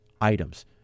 items